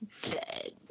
dead